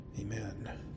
Amen